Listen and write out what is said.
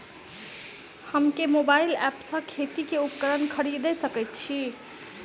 हम केँ mobile app सँ खेती केँ उपकरण खरीदै सकैत छी?